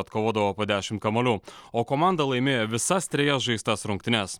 atkovodavo po dešim kamuolių o komanda laimėjo visas trejas žaistas rungtynes